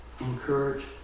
encourage